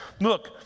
look